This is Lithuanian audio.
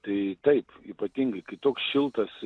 tai taip ypatingai kai toks šiltas